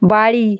বাড়ি